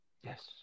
Yes